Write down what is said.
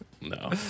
No